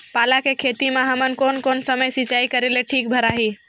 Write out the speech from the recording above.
पाला के खेती मां हमन कोन कोन समय सिंचाई करेले ठीक भराही?